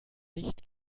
nicht